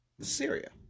Syria